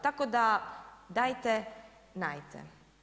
Tako da dajte najte.